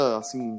assim